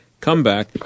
Comeback